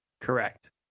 Correct